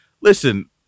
Listen